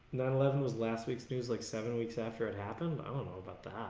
nine eleven was last weeks news like seven weeks after it happened um and ah but